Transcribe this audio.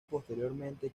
posteriormente